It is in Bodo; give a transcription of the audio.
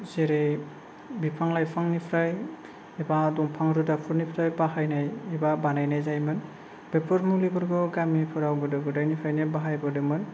जेरै बिफां लाइफांनिफ्राय एबा दंफां रोदाफोरनिफ्राय बाहायनाय एबा बानायनाय जायोमोन बेफोर मुलिफोरखौ गामिफोराव गोदो गोदायनिफ्रायनो बाहायबोदोंमोन